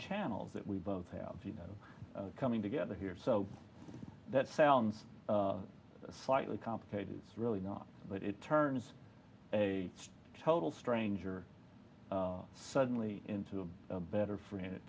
channels that we both have you know coming together here so that sounds slightly complicated it's really not that it turns a total stranger suddenly into a better friend it